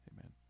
Amen